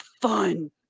fun